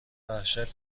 وحشت